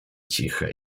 ciche